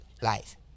life